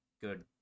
good